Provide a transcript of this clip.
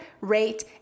rate